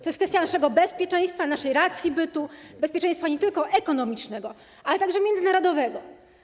To jest kwestia naszego bezpieczeństwa, naszej racji bytu, bezpieczeństwa nie tylko ekonomicznego, ale także międzynarodowego.